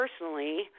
personally